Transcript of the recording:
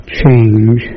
change